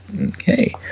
Okay